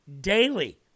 daily